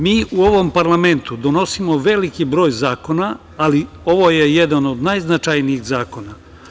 Mi u ovom parlamentu donosimo veliki broj zakona, ali ovo je jedan od najznačajnijih zakona.